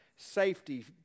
Safety